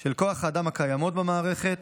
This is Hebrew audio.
של כוח האדם הקיימות במערכת,